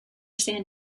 san